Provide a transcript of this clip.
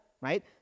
right